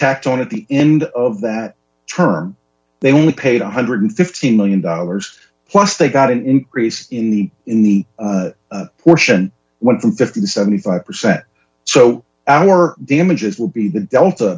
tacked on at the end of that term they only paid one hundred and fifty million dollars plus they got an increase in the in the portion went from fifty to seventy five percent so our damages will be the delta